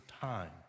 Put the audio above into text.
time